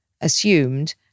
assumed